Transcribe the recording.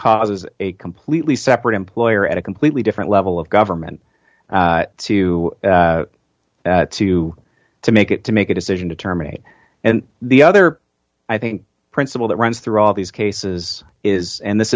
causes a completely separate employer at a completely different level of government to to to make it to make a decision to terminate and the other i think principle that runs through all these cases is and this